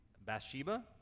Bathsheba